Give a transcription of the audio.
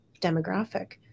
demographic